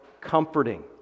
comforting